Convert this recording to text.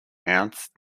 ernst